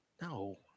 no